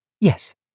Yes